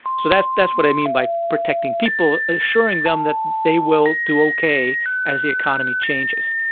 so that's that's what i mean by protecting people, assuring them that they will do okay as the economy changes.